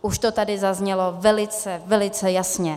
Už to tady zaznělo velice, velice jasně.